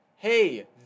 hey